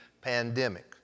pandemic